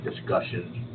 discussions